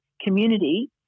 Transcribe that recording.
community